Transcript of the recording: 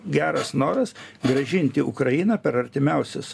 geras noras grąžinti ukrainą per artimiausius